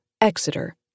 Exeter